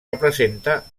representa